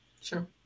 Sure